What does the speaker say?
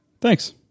thanks